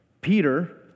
Peter